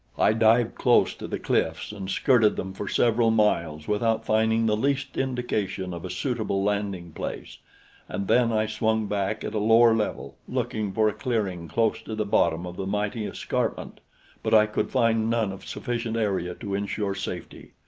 i dived close to the cliffs and skirted them for several miles without finding the least indication of a suitable landing-place and then i swung back at a lower level, looking for a clearing close to the bottom of the mighty escarpment but i could find none of sufficient area to insure safety.